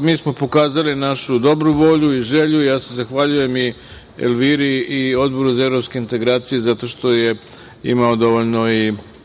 mi smo pokazali našu dobru volju i želju i ja se zahvaljujem i Elviri i Odboru za evropske integracije, zato što je imao dovoljno